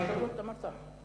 אמרת שתי דקות?